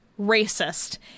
racist